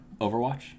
overwatch